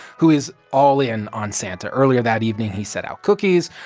who is all in on santa. earlier that evening, he set out cookies.